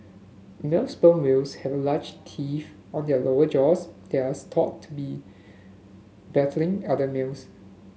male sperm whales have large teeth on their lower jaws there are thought to be battling other males